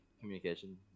communication